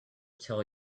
tell